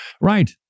right